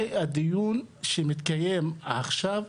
זה דיון שמתקיים עכשיו,